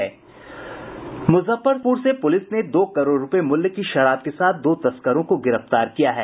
मुजफ्फरपुर से पुलिस ने दो करोड़ रुपये मूल्य की शराब के साथ दो तस्करों को गिरफ्तार किया है